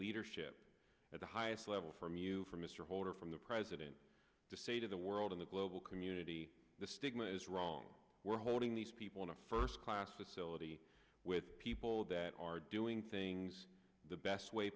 leadership at the highest level from you for mr holder from the president to say to the world in the global community this stigma is wrong we're holding these people in a first class facility with people that are doing things the best way